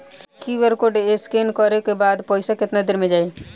QR code scan करे क बाद पइसा केतना देर म जाई?